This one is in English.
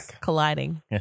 colliding